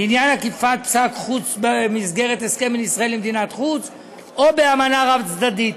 אכיפת פסק חוץ במסגרת הסכם בין ישראל למדינת חוץ או באמנה רב-צדדית